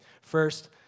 First